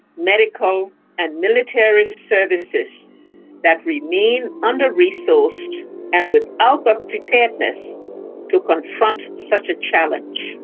medical and military services that remain under-resourced and without the preparedness to confront such a challenge.